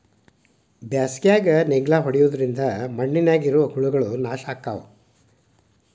ಬ್ಯಾಸಿಗ್ಯಾಗ ನೇಗ್ಲಾ ಹೊಡಿದ್ರಿಂದ ಮಣ್ಣಿನ್ಯಾಗ ಇರು ಹುಳಗಳು ನಾಶ ಅಕ್ಕಾವ್